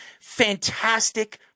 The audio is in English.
Fantastic